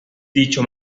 dicho